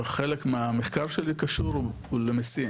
חלק מהמחקר שלי קשור למיסים,